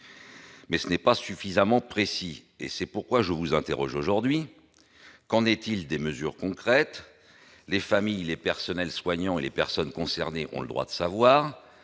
n'est pourtant pas suffisamment précis, et c'est pourquoi je vous interroge aujourd'hui. Qu'en est-il des mesures concrètes ? Les familles, les personnels soignants et toutes les personnes concernées ont le droit de le savoir.